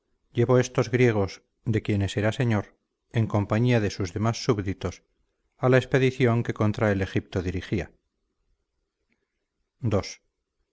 llevó estos griegos de quienes era señor en compañía de sus demás súbditos a la expedición que contra el egipto dirigía ii